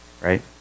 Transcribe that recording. right